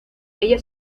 ella